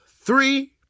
three